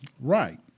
Right